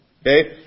Okay